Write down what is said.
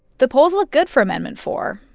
the polls look good for amendment four.